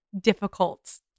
difficult